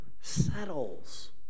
settles